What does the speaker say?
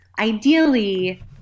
ideally